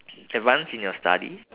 advance in your study